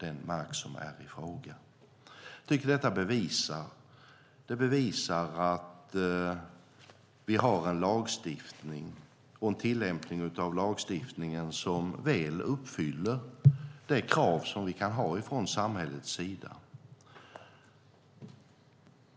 Jag tycker att detta bevisar att vi har en lagstiftning och en tillämpning av den som väl uppfyller de krav som vi kan ha från samhällets sida.